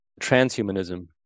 transhumanism